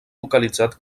localitzat